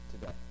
today